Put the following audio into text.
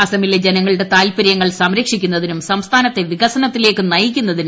അസ്സമിലെ ജനങ്ങളുടെ താല്പര്യങ്ങൾ സംരക്ഷിക്കുന്നതിനും സംസ്ഥാനത്തെ വികസനത്തിലേക്ക് നയിക്കുന്നതിനും ബി